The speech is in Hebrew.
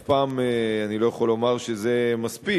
אף פעם אני לא יכול לומר שזה מספיק,